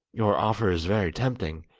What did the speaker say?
your offer is very tempting!